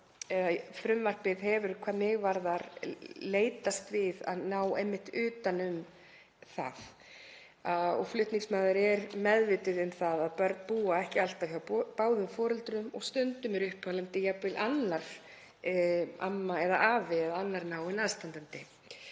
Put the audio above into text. frumvarpið hafi hvað mig varðar leitast við að ná einmitt utan um það. Flutningsmaður er meðvituð um að börn búa ekki alltaf hjá báðum foreldrum og stundum er uppalandi jafnvel annar, amma eða afi eða annar náinn aðstandandi.